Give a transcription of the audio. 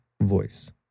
voice